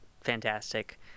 fantastic